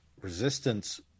resistance